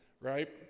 right